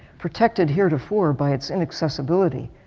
protected heretofore by its and accessibility,